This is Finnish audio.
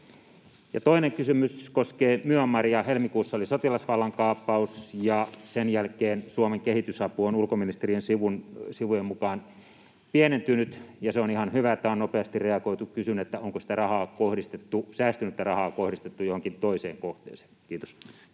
Toinen kysymys koskee Myanmaria. Helmikuussa oli sotilasvallankaappaus, ja sen jälkeen Suomen kehitysapu on ulkoministeriön sivujen mukaan pienentynyt, ja se on ihan hyvä, että on nopeasti reagoitu. Kysyn: onko sitä säästynyttä rahaa kohdistettu johonkin toiseen kohteeseen? — Kiitos.